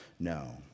No